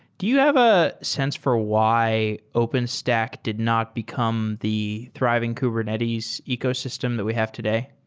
do you have a sense for why openstack did not become the thriving kubernetes ecosystem that we have today?